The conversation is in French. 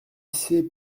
ses